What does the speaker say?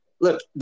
Look